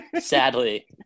Sadly